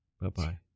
Bye-bye